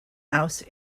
ouse